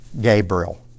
Gabriel